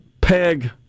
peg